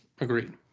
agreed